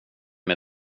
med